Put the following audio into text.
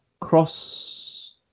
cross